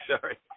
sorry